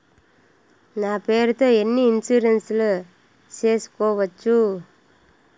నా పేరుతో ఎన్ని ఇన్సూరెన్సులు సేసుకోవచ్చు?